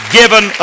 given